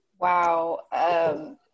Wow